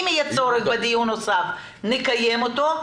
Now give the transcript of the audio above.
אם יהיה צורך בדיון נוסף, נקיים אותו.